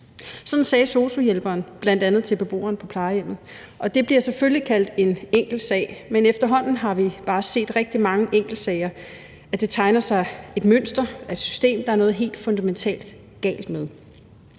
Sådan sagde sosu-hjælperen bl.a. til beboeren på plejehjemmet. Det bliver selvfølgelig kaldt en enkeltsag, men efterhånden har vi bare set rigtig mange enkeltsager. Der tegner sig et mønster af et system, der er noget helt fundamentalt galt med.